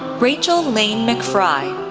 rachel lane mcfry,